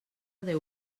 déu